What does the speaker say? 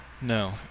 No